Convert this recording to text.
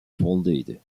founded